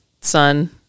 son